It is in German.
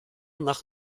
nach